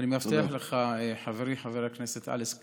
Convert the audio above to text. אני מבטיח לך, חברי חבר הכנסת אלכס קושניר,